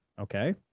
Okay